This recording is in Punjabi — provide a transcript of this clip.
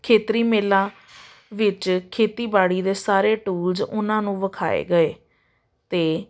ਖੇਤਰੀ ਮੇਲਾ ਵਿੱਚ ਖੇਤੀਬਾੜੀ ਦੇ ਸਾਰੇ ਟੂਲਸ ਉਹਨਾਂ ਨੂੰ ਦਿਖਾਏ ਗਏ ਅਤੇ